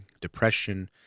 depression